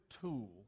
tool